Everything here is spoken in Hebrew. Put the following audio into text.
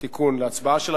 תיקון להצבעה שלה.